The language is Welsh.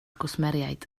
gwsmeriaid